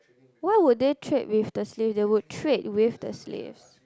why would they trade with the slaves they will trade with the slaves